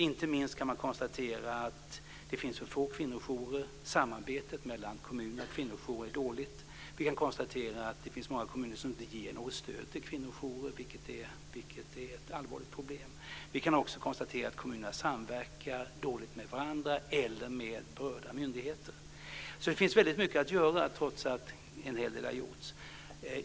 Inte minst kan man konstatera att det finns för få kvinnojourer och att samarbetet mellan kommuner och kvinnojourer är dåligt. Vi kan konstatera att det finns många kommuner som inte ger något stöd till kvinnojourer, vilket är ett allvarligt problem. Vi kan också konstatera att kommunerna samverkar dåligt med varandra eller med berörda myndigheter. Det finns väldigt mycket att göra trots att en hel del har gjorts.